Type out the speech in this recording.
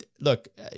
Look